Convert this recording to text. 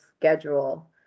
schedule